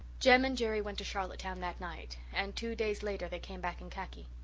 jem and jerry went to charlottetown that night and two days later they came back in khaki.